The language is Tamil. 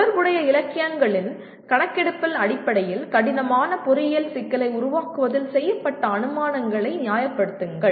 தொடர்புடைய இலக்கியங்களின் கணக்கெடுப்பின் அடிப்படையில் கடினமான பொறியியல் சிக்கலை உருவாக்குவதில் செய்யப்பட்ட அனுமானங்களை நியாயப்படுத்துங்கள்